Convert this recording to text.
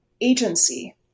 agency